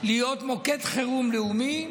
להיות מוקד חירום לאומי.